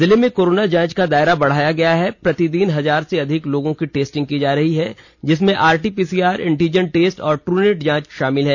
जिले में कोरोना जांच का दायरा बढ़ाया गया है प्रतिदिन हजार से अधिक लोगों की टेस्टिंग की जा रही है जिसमें आरटी पीसीआरएंटीजन टेस्ट व ट्रेनेट जांच शामिल है